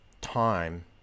time